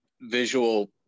visual